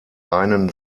einen